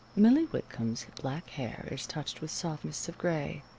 millie whitcomb's black hair is touched with soft mists of gray,